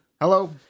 Hello